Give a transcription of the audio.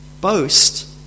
boast